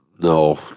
No